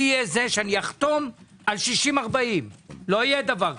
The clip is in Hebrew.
אהיה זה שאתם על 60-40. לא יהיה דבר כזה.